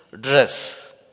dress